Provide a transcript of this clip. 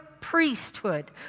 priesthood